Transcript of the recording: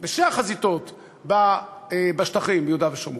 בשתי החזיתות בשטחים, ביהודה ושומרון.